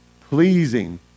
pleasing